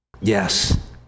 yes